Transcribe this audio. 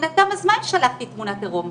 מבחינתן: אז מה אם שלחתי תמונת עירום?